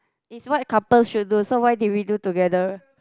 is what couple should do so why did we do together